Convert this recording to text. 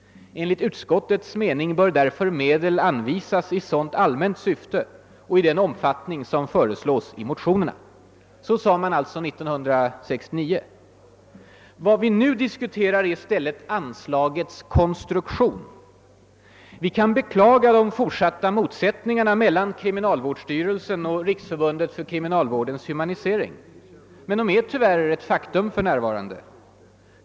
Enligt utskottets mening bör därför medel anvisas i sådant allmänt syfte och i den omfattning som föreslås i motionerna.» Vad vi nu diskuterar är i stället anslagets konstruktion. Vi kan beklaga de fortsätta motsättningarna mellan krimi nalvårdsstyrelsen och Riksförbundet för kriminalvårdens humanisering. Men de är tyvärr ett faktum för närvarande.